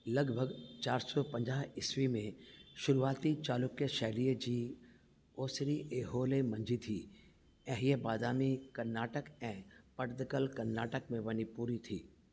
लॻभॻि चारि सौ पंजाहु ईस्वी में शुरूआती चालुक्य शैलीअ जी ओसरी ऐहोले मंझि थी ऐं हीअ बादामी कर्नाटक ऐं पट्टदकल कर्नाटक में वञी पूरो थी